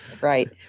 Right